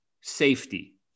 safety